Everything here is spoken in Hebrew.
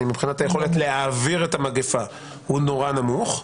מבחינת היכולת להעביר את המגפה הוא נורא נמוך,